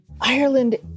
Ireland